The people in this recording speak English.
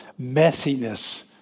messiness